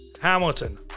Hamilton